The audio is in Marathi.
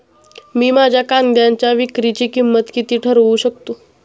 मी माझ्या कांद्यांच्या विक्रीची किंमत किती ठरवू शकतो?